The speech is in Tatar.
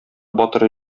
батыры